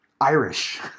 Irish